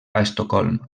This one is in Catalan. estocolm